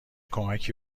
کمکی